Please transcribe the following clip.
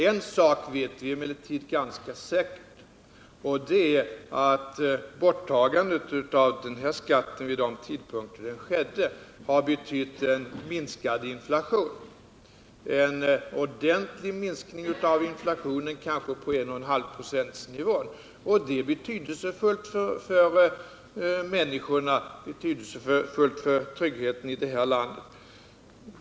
En sak vet vi emellertid ganska säkert, och det är att borttagandet av den här skatten vid de tidpunkter då det skedde har betytt minskad inflation —-en ordentlig minskning på kanske 1,5 96. Det är betydelsefullt för människorna och för tryggheten i vårt land.